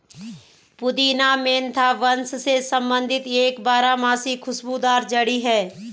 पुदीना मेंथा वंश से संबंधित एक बारहमासी खुशबूदार जड़ी है